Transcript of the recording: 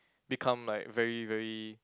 become like very very